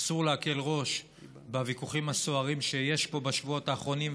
אסור להקל ראש בוויכוחים הסוערים שיש פה בשבועות האחרונים,